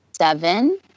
seven